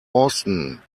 austen